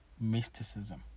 mysticism